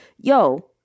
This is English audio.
yo